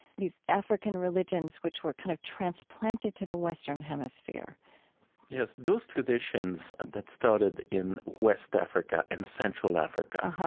these african religions, which were kind of transplanted to the western hemisphere yes. those traditions and that started in west africa and central africa,